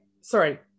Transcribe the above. sorry